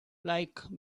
like